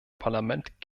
parlament